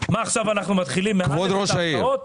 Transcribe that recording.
עכשיו מתחילים מאל"ף את ההפקעות?